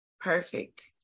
Perfect